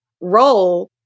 role